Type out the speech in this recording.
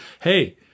hey